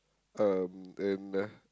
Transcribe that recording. um and uh